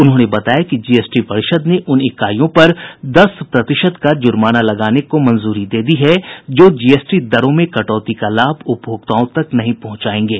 उन्होंने बताया कि जी एस टी परिषद् ने उन इकाइयों पर दस प्रतिशत का जुर्माना लगाने को मंजूरी दे दी है जो जीएसटी दरों में कटौती का लाभ उपभोक्ताओं तक नहीं पहुंचायेंगे